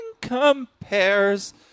compares